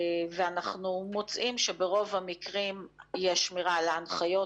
ואנחנו מוצאים שברוב המקרים יש שמירה על הנחיות.